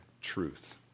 truth